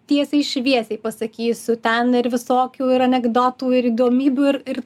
tiesiai šviesiai pasakysiu ten ir visokių ir anekdotų ir įdomybių ir ir